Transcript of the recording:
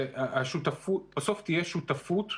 בסוף תהיה שותפות,